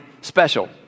special